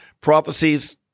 prophecies